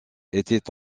était